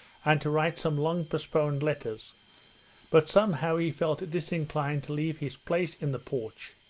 and to write some long-postponed letters but somehow he felt disinclined to leave his place in the porch,